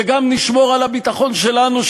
וגם נשמור על הביטחון שלנו,